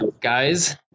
Guys